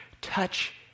touch